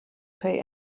pay